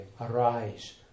Arise